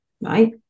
Right